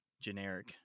generic